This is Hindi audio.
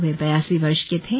वे बयासी वर्ष के थे